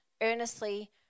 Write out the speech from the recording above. Earnestly